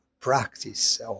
practice